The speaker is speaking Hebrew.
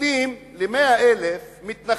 נותנים ל-100,000 מתנחלים,